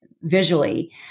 Visually